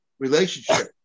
Relationship